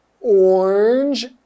orange